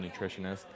nutritionist